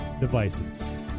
devices